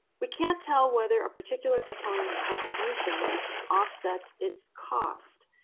we can't tell whether a particular component's contribution offsets its cost,